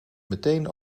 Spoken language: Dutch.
meteen